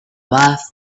wife